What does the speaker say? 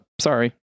sorry